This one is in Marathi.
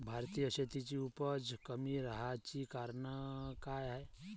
भारतीय शेतीची उपज कमी राहाची कारन का हाय?